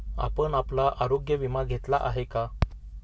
आपण आपला आरोग्य विमा घेतला आहे का?